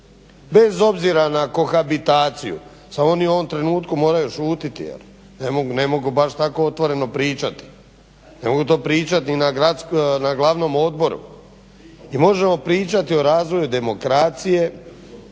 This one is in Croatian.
bez obzira na kohabitaciju, samo oni u ovom trenutku moraju šutjeti, jer ne mogu baš tako otvoreno pričati. Ne mogu to pričati na glavnom odboru. Mi možemo pričati o razvoju demokracije,